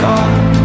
God